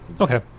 Okay